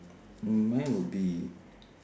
mine would be